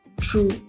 true